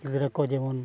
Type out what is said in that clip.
ᱜᱤᱫᱽᱨᱟᱹ ᱠᱚ ᱡᱮᱢᱚᱱ